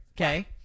okay